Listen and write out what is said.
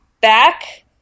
back